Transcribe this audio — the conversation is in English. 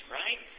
right